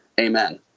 Amen